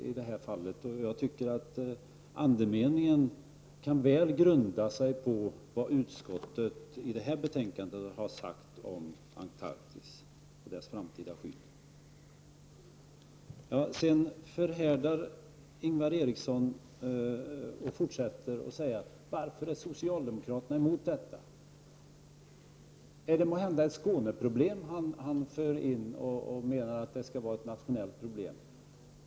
Andemeningen i det hon säger kan väl grunda sig på vad utskottet anför i betänkandet om Antarktis och dess framtida skydd. Ingvar Eriksson framhärdar och frågar varför socialdemokraterna är emot ett breddat engagemang från markägare när det gäller att skydda naturvårdsobjekt. Är det måhända ett Skåneproblem som han anser vara ett nationellt problem?